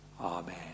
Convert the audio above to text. Amen